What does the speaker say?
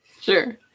sure